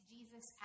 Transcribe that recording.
Jesus